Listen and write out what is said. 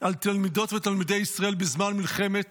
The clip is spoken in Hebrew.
על תלמידות ותלמידי ישראל בזמן מלחמת